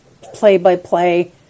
play-by-play